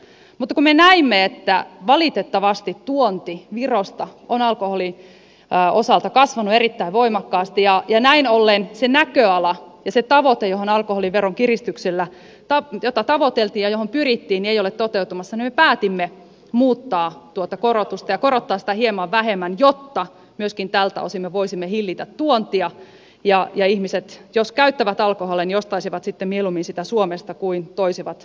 mutta kun me näimme että valitettavasti tuonti virosta on alkoholin osalta kasvanut erittäin voimakkaasti ja näin ollen se näköala ja se tavoite jota alkoholiveron kiristyksellä tavoiteltiin ja johon pyrittiin ei ole toteutumassa niin me päätimme muuttaa tuota korotusta ja korottaa sitä hieman vähemmän jotta myöskin tältä osin me voisimme hillitä tuontia ja ihmiset jos käyttävät alkoholia ostaisivat sitten mieluummin sitä suomesta kuin toisivat virosta